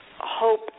hope